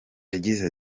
yagize